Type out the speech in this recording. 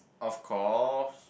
of course